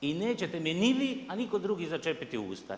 I nećete mi ni vi, a nitko drugi začepiti usta.